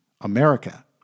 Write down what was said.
America